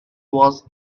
was